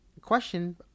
question